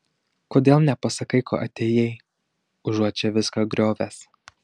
kodėl nepasakai ko atėjai užuot čia viską griovęs